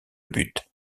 but